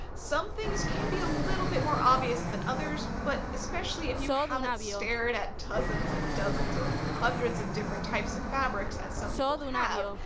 some things can be a little bit more obvious than others but especially if you haven't stared at dozens and dozens or hundreds of different types of fabrics as some people have,